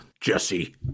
Jesse